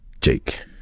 Jake